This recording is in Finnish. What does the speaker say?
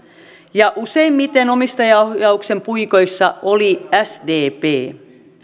ja useimmiten omistajaohjauksen puikoissa oli sdp